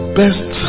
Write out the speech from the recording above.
best